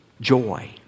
joy